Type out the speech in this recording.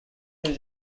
new